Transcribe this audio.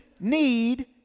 need